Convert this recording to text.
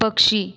पक्षी